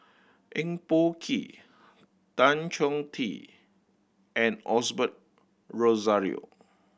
Eng Boh Kee Tan Chong Tee and Osbert Rozario